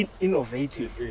innovative